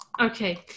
okay